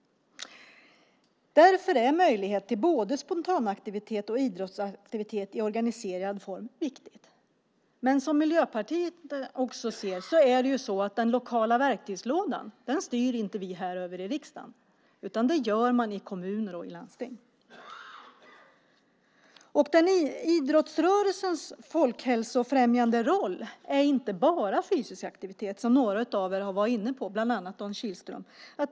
Därför är möjligheter till både spontanaktivitet och idrottsaktivitet i organiserad form viktiga. Men som Miljöpartiet också ser styr vi här i riksdagen inte över den lokala verktygslådan, utan det gör man i kommuner och landsting. Idrottsrörelsens folkhälsofrämjande roll handlar inte bara om fysisk aktivitet, som några av er har varit inne på, bland andra Dan Kihlström.